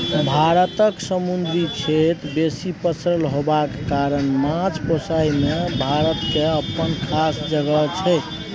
भारतक समुन्दरी क्षेत्र बेसी पसरल होबाक कारणेँ माछ पोसइ मे भारत केर अप्पन खास जगह छै